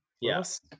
Yes